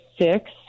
six